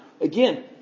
again